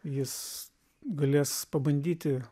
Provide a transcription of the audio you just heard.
jis galės pabandyti